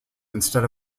instead